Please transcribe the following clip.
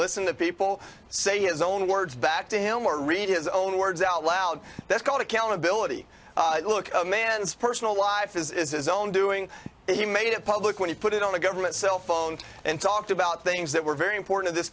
listen the people say his own words back to him or read his own words out loud that's called accountability look man's personal life is his own doing he made it public when you put it on the government cellphone and talked about things that were very important in this